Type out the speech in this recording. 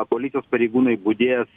policijos pareigūnai budės